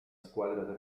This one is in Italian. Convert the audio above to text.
squadra